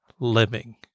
Living